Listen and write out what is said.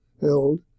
held